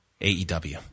AEW